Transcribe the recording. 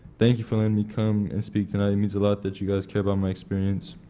thank you for letting me come and speak tonight. it means a lot that you guys care about my experience.